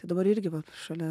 tai dabar irgi va šalia